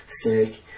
Sick